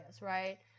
right